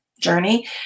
journey